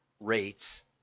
rates